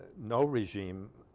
no regime